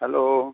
hello